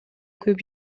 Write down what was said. күйүп